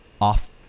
off